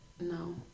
No